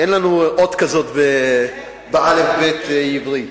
אין לנו אות כזו באל"ף-בי"ת העברי.